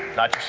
not you,